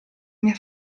mia